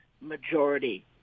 majority